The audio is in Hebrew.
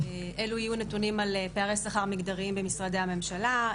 אלו יהיו נתונים על פערי שכר מגדריים במשרדי הממשלה,